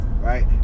right